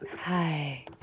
Hi